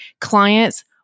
client's